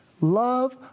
Love